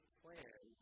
plan